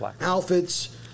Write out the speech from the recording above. outfits